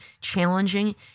challenging